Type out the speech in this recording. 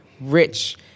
rich